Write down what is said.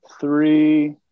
three